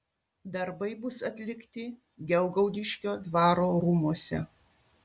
darbai bus atlikti gelgaudiškio dvaro rūmuose